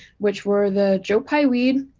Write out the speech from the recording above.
which were the joe-pye-weed,